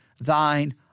thine